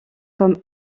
comme